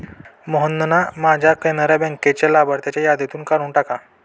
मोहनना माझ्या कॅनरा बँकेतून लाभार्थ्यांच्या यादीतून काढून टाका